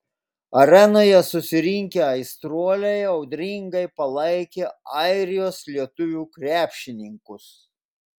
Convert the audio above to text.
arenoje susirinkę aistruoliai audringai palaikė airijos lietuvių krepšininkus